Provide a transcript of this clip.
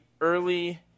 early